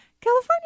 California